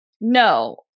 No